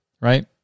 right